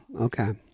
Okay